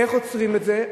איך עוצרים את זה?